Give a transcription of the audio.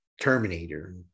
Terminator